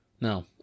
No